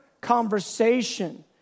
conversation